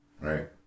Right